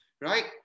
right